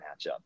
matchup